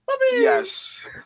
Yes